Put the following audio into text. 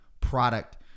product